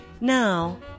Now